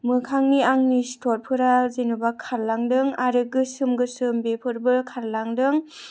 मोखांनि आंनि सिथरफोरा जेन'बा खारलांदों आरो गोसोम गोसोम बेफोरबो खारलांदों